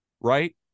right